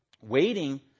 waiting